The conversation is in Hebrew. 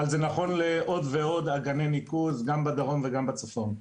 אבל זה נכון לעוד ועוד אגני ניקוז גם בדרום וגם בצפון.